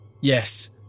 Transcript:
Yes